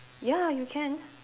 ya you can